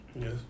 Yes